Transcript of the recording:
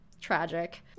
tragic